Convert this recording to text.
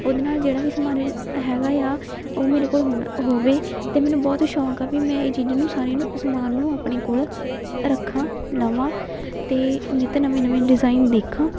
ਉਹਦੇ ਨਾਲ ਜਿਹੜਾ ਵੀ ਸਮਾਨ ਹੈਗਾ ਹੈ ਆ ਉਹ ਮੇਰੇ ਕੋਲ ਹੋਣ ਹੋਵੇ ਅਤੇ ਮੈਨੂੰ ਬਹੁਤ ਸ਼ੌਂਕ ਆ ਵੀ ਮੈਂ ਇਹ ਚੀਜ਼ਾਂ ਨੂੰ ਸਾਰਿਆਂ ਨੂੰ ਸਮਾਨ ਨੂੰ ਆਪਣੇ ਕੋਲ ਰੱਖਾਂ ਨਵਾਂ ਅਤੇ ਨਿੱਤ ਨਵੇਂ ਨਵੇਂ ਡਿਜ਼ਾਇਨ ਦੇਖਾਂ